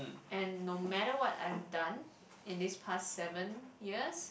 and no matter what I've done in this past seven years